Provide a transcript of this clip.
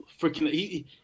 freaking